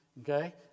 okay